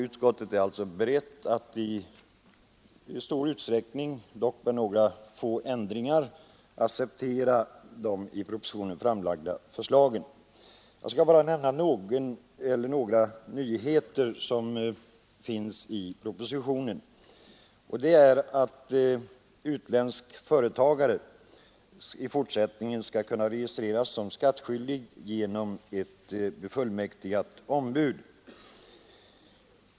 Utskottet är alltså berett att i stor utsträckning — med några få ändringar — acceptera de i propositionen framlagda förslagen. Jag skall bara nämna några nyheter som finns i propositionen — en av dessa är att utländsk företagare i fortsättningen skall kunna registreras som skattskyldig genom ett befullmäktigat ombud.